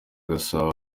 agasaba